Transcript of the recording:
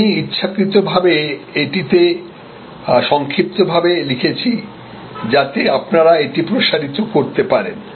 আমি ইচ্ছাকৃতভাবে এটিতে সংক্ষিপ্তভাবে লিখেছি যাতে আপনারা এটি প্রসারিত করতে পারেন